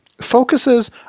focuses